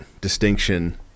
distinction